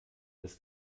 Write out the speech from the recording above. das